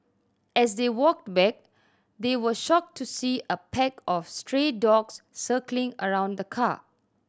as they walked back they were shocked to see a pack of stray dogs circling around the car